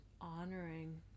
honoring